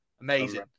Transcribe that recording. Amazing